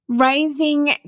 Raising